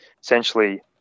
essentially –